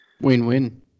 Win-win